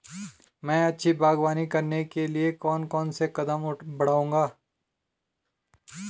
मैं अच्छी बागवानी करने के लिए कौन कौन से कदम बढ़ाऊंगा?